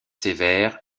sévères